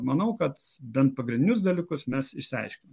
manau kad bent pagrindinius dalykus mes išsiaiškinom